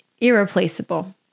irreplaceable